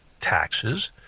taxes